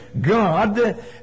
God